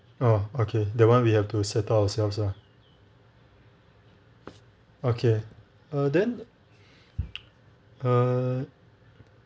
oh okay that one we have to settle ourselves lah okay err then err